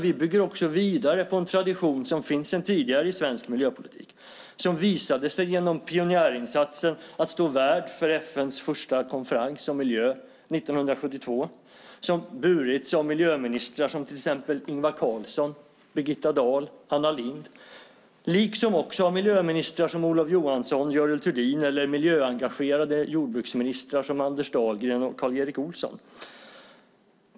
Vi bygger också vidare på en tradition som finns sedan tidigare i svensk miljöpolitik och som visade sig genom pionjärinsatsen att stå värd för FN:s första konferens om miljö 1972, som har burits av miljöministrar som till exempel Ingvar Carlsson, Birgitta Dahl och Anna Lindh liksom också av miljöministrar som Olof Johansson, Görel Thurdin eller miljöengagerade jordbruksministrar som Anders Dahlgren och Karl-Erik Olsson.